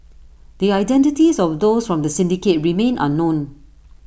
the identities of those from the syndicate remain unknown